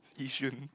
Yishun